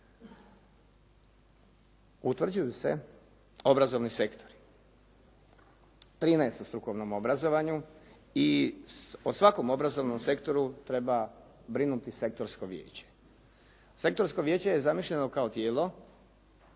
Utvrđuju se obrazovni sektori, 13 u strukovnom obrazovanju i o svakom obrazovnom sektoru treba brinuti sektorsko vijeće. Sektorsko vijeće je zamišljeno kao tijelo